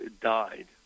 died